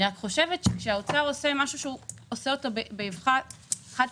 אני רק חושבת שכאשר האוצר עושה משהו באבחה חד-פעמית,